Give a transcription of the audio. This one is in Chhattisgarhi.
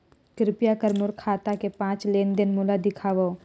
कृपया कर मोर खाता के पांच लेन देन मोला दिखावव